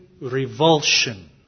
revulsion